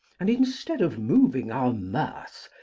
and instead of moving our mirth,